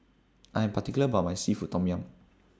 I Am particular about My Seafood Tom Yum